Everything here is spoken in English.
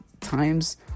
times